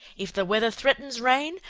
if the weather threatens rain,